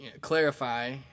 clarify